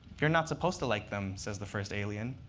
you're not supposed to like them, says the first alien.